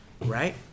Right